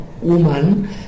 woman